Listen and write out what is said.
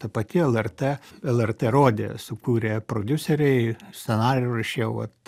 ta pati lrt lrt rodė sukūrė prodiuseriai scenarijų rašiau vat